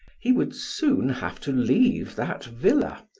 he would soon have to leave that villa,